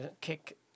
kick